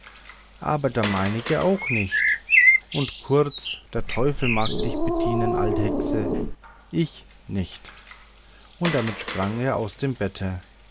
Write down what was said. aber der meinige auch nicht und kurz der teufel mag dich bedienen alte hexe ich nicht und damit sprang er aus dem bette